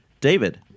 David